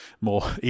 more